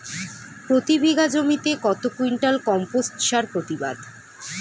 প্রতি বিঘা জমিতে কত কুইন্টাল কম্পোস্ট সার প্রতিবাদ?